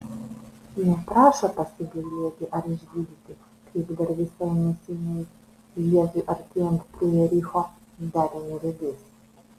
neprašo pasigailėti ar išgydyti kaip dar visai neseniai jėzui artėjant prie jericho darė neregys